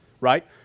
right